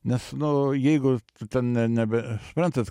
nes nu jeigu tu ten ne nebe suprantat